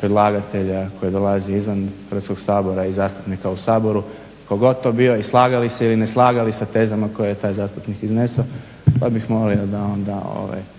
predlagatelja koji dolazi izvan Hrvatskog sabora i zastupnika u Saboru, pogotovo slagali se ili ne slagali sa tezama koje je taj zastupnik iznio, pa bih molio da malo